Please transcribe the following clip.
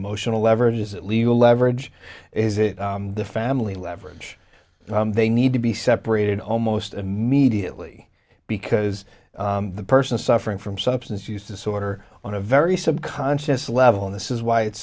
emotional leverage is it legal leverage is it the family leverage they need to be separated almost immediately because the person suffering from substance use disorder on a very subconscious level and this is why it's